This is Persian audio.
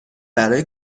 برای